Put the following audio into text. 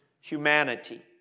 humanity